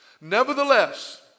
Nevertheless